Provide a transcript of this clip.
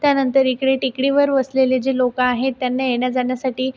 त्यानंतर इकडे टेकडीवर वसलेले जे लोकं आहे त्यांना येण्याजाण्यासाठी